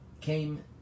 came